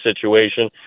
situation